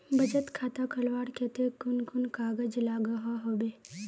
बचत खाता खोलवार केते कुन कुन कागज लागोहो होबे?